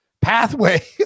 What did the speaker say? pathway